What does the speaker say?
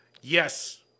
Yes